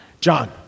John